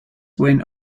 win